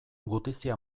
gutizia